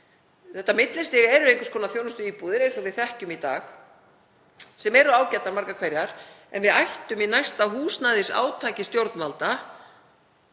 Þetta millistig er einhvers konar þjónustuíbúðir eins og við þekkjum í dag, sem eru ágætar, margar hverjar, en við ættum í næsta húsnæðisátaki stjórnvalda